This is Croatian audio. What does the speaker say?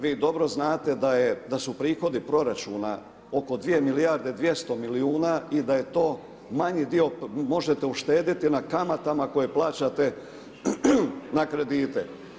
Vi dobro znate da su prihodi proračuna oko dvije milijarde dvjesto milijuna i da je to manji dio, možete uštediti na kamatama koje plaćate na kredite.